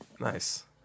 Nice